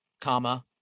comma